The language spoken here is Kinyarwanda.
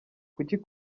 kuki